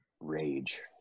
rage